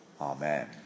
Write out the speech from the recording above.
Amen